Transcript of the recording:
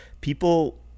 people